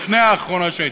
לפני האחרונה שהייתה.